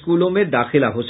स्कूलों में दाखिला हो सके